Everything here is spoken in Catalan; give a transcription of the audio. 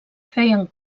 feien